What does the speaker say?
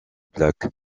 plaque